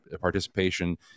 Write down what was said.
participation